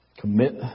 commit